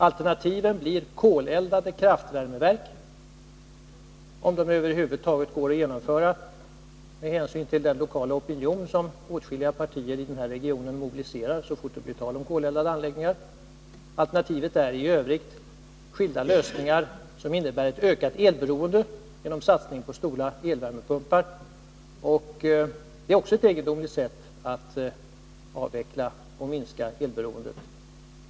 Alternativet blir koleldade kraftvärmeverk — om de över huvud taget går att genomföra med hänsyn till den lokala opinion som åtskilliga partier i denna region mobiliserar så fort det blir tal om koleldade anläggningar. Alternativen i övrigt är skilda lösningar, som innebär ett ökat elberoende genom satsning på stora värmepumpar. Det är också ett egendomligt sätt att avveckla och minska elberoendet.